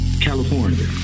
California